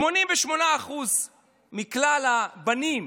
85% מכלל הבנים,